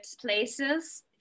places